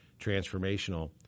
transformational